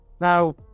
now